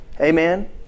Amen